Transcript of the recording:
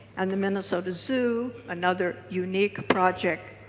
and the minnesota zoo another unique project.